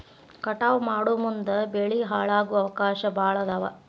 ಕಟಾವ ಮಾಡುಮುಂದ ಬೆಳಿ ಹಾಳಾಗು ಅವಕಾಶಾ ಭಾಳ ಅದಾವ